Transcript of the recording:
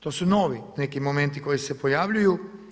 To su novi neki momenti koji se pojavljuju.